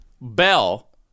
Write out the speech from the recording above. Bell